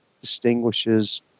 distinguishes